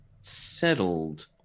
settled